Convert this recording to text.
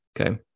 Okay